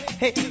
hey